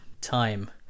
time